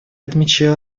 отмечаю